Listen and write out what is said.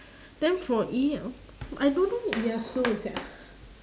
then for ie~ I don't know ieyasu sia